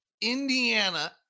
Indiana